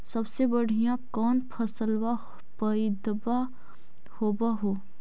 सबसे बढ़िया कौन फसलबा पइदबा होब हो?